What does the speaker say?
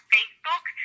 Facebook